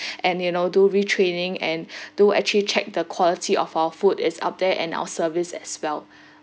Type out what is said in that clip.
and you know do retraining and do actually check the quality of our food is up there and our service as well